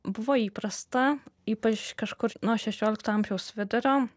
buvo įprasta ypač kažkur nuo šešiolikto amžiaus vidurio